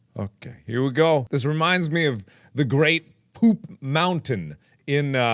okay, here we go this reminds, me of the great poop mountain in ah,